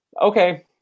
okay